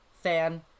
fan